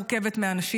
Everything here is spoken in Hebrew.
שעקבו, שלאחר מכן,